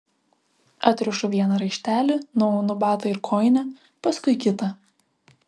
atrišu vieną raištelį nuaunu batą ir kojinę paskui kitą